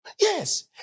yes